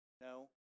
No